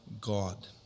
God